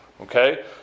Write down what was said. Okay